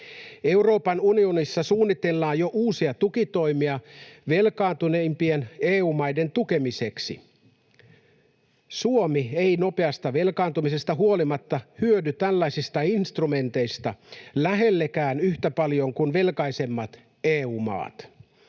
Euroopan unionissa suunnitellaan jo uusia tukitoimia velkaantuneimpien EU-maiden tukemiseksi. Suomi ei nopeasta velkaantumisesta huolimatta hyödy tällaisista instrumenteista lähellekään yhtä paljon kuin velkaisemmat EU-maat.